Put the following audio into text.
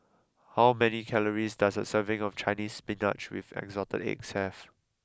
how many calories does a serving of Chinese Spinach with Assorted Eggs have